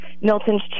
Milton's